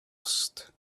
asked